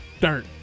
Dirt